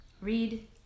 read